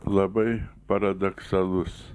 labai paradoksalus